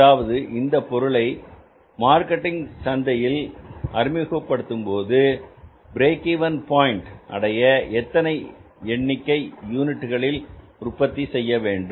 அதாவது இந்தப் பொருளை சந்தையில் அறிமுகப்படுத்தும்போது பிரேக் இவென் பாயின்ட் அடைய எத்தனை எண்ணிக்கை யூனிட்டுகள் உற்பத்தி செய்ய வேண்டும்